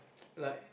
like